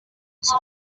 his